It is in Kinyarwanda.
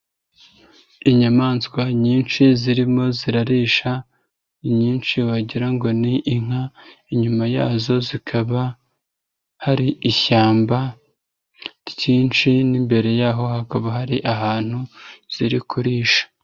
Inyamaswa nyinshi zirimo zirarisha, inyinshi wagira ngo ni inka, inyuma yazo hakaba hari ishyamba ryinshi n'imbere yaho hakaba hari ahantu ziri kurisha.